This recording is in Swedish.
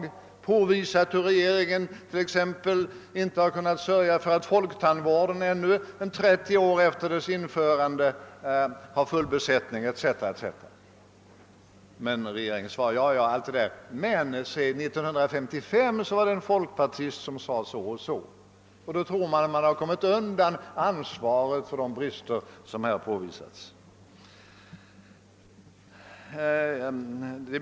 Vi har påvisat hur regeringen t.ex. inte kunnat sörja för att folktandvården ännu 30 år efter sitt införande har full besättning etc. Men, säger regeringen, 1955 var det en folkpartist som sade så eller så. På detta sätt tror man sig på regeringssidan komma undan ansvaret för alla de brister som vi har påvisat.